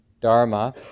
dharma